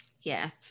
Yes